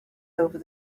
over